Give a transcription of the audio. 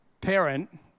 parent